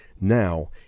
Now